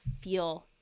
feel